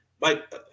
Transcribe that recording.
Mike –